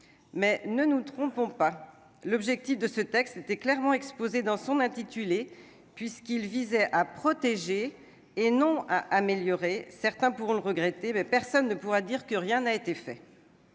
ne nous trompons pas, l'objectif de ce texte était clairement exposé dans son intitulé : il visait à protéger ce pouvoir d'achat, et non à l'améliorer ; certains pourront le regretter, mais personne ne pourra dire que rien n'a été fait.